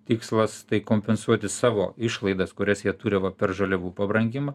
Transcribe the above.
tikslas tai kompensuoti savo išlaidas kurias jie turi va per žaliavų pabrangimą